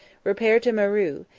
repair to maru,